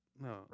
No